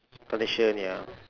foundation ya